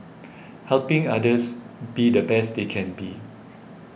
helping others be the best they can be